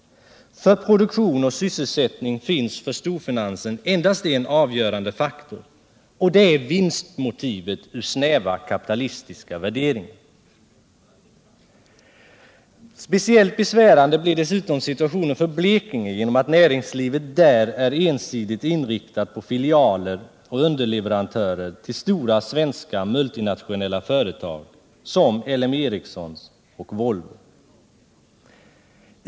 För produktion och sysselsättning finns för storfinansen endast en avgörande faktor, och det är vinstmotivet ur snäva kapitalistiska värderingar. Speciellt besvärande blir dessutom situationen för Blekinge genom att näringslivet där är ensidigt inriktat på filialer och underleverantörer till stora svenska multinationella företag som LM Ericsson och Volvo.